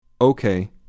Okay